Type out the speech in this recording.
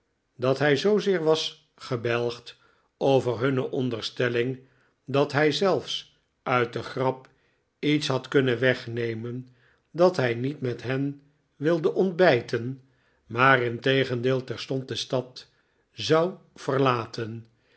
dat hij zoozeer was gebelgd over hunne onderstelling dat hij zelfs uit de grap iets had kunnen wegnemen dat hij niet met hen wilde ontbijten maar integendeel terstond de stad zou verlaten